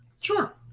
Sure